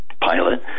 pilot